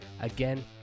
Again